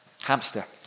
hamster